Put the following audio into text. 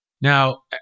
Now